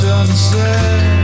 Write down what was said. unsaid